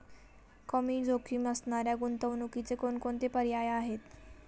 कमी जोखीम असणाऱ्या गुंतवणुकीचे कोणकोणते पर्याय आहे?